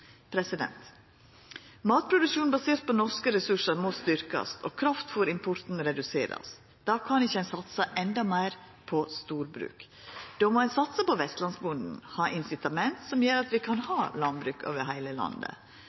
basert på norske ressursar må styrkjast og kraftfôrimporten reduserast. Då kan ein ikkje satsa endå meir på storbruk. Då må ein satsa på vestlandsbonden og ha incitament som gjer at vi kan ha landbruk over heile landet.